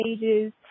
pages